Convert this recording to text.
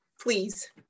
please